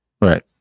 Right